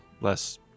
less